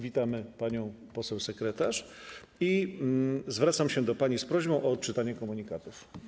Witamy panią poseł sekretarz i zwracam się do pani z prośbą o odczytanie komunikatów.